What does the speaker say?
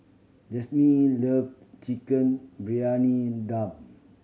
Jazmyn love Chicken Briyani Dum